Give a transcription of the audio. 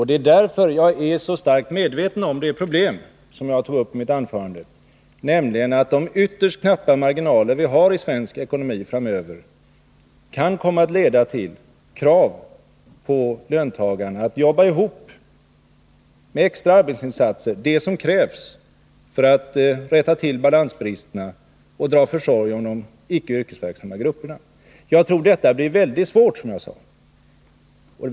Det är därför jag är så starkt medveten om det problem som jag tog upp i mitt anförande, nämligen att de ytterst knappa marginaler vi har att räkna med i svensk ekonomi framöver kommer att leda till krav på löntagarna att genom extra arbetsinsatser men utan förbättring för egen del jobba ihop vad som krävs för att rätta till balansbristerna och dra försorg om de icke yrkesverksamma grupperna. Jag tror att detta blir väldigt svårt, som jag sade.